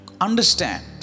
understand